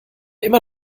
immer